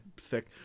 thick